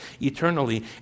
eternally